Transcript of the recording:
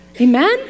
Amen